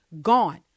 Gone